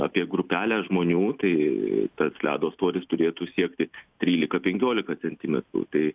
apie grupelę žmonių tai tas ledo storis turėtų siekti trylika penkiolika centimetrų tai